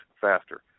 faster